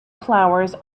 flowers